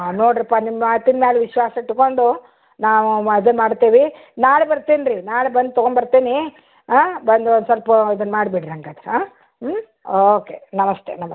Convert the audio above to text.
ನೋಡಿರಿಪ್ಪ ನಿಮ್ಮ ಮಾತಿನ ಮ್ಯಾಲೆ ವಿಶ್ವಾಸ ಇಟ್ಟುಕೊಂಡು ನಾವು ಅದೇ ಮಾಡ್ತೀವಿ ನಾಳೆ ಬರ್ತಿನಿ ರೀ ನಾಳೆ ಬಂದು ತಗೊಂಡ್ಬರ್ತೀನಿ ಬಂದು ಒಂದು ಸ್ವಲ್ಪ್ ಇದನ್ನ ಮಾಡಿಬಿಡ್ರಿ ಹಾಗಾದ್ರೆ ಹಾಂ ಹ್ಞೂ ಓಕೆ ನಮಸ್ತೆ ನ